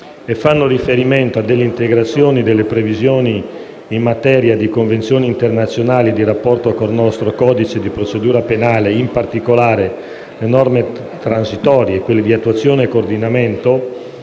fanno riferimento a integrazioni e previsioni in materia di convenzioni internazionali di rapporto con il nostro codice di procedura penale, in particolare le norme transitorie, quelle di attuazione e coordinamento,